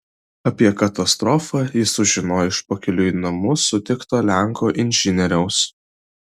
apie katastrofą jis sužinojo iš pakeliui į namus sutikto lenko inžinieriaus